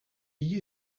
wie